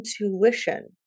intuition